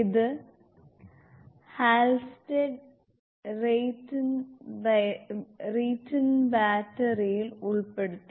ഇത് ഹാൽസ്റ്റെഡ് റീറ്റൻ ബാറ്ററിയിൽ ഉൾപ്പെടുത്തി